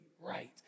right